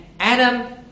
Adam